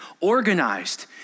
organized